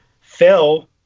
Phil